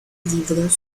libros